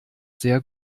sehr